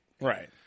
right